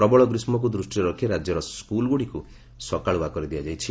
ପ୍ରବଳ ଗ୍ରୀଷ୍ମକୁ ଦୃଷ୍ଟିରେ ରଖି ରାଜ୍ୟର ସ୍କୁଲ୍ଗୁଡ଼ିକୁ ସକାଳୁଆ କରିଦିଆଯାଇଛି